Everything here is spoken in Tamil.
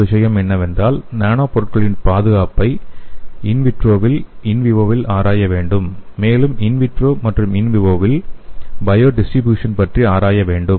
முதல் விஷயம் என்னவென்றால் நானோ பொருட்களின் பாதுகாப்பை விட்ரோவில் விவோவில் ஆராய வேண்டும் மேலும் விட்ரோ மற்றும் விவோவில் பயொ டிஸ்ட்ரிப்யுசன் பற்றி ஆராய வேண்டும்